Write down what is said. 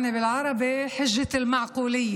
(אומרת דברים בשפה הערבית, להלן תרגומם: